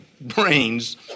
brains